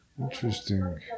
Interesting